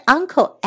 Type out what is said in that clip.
Uncle